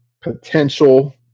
potential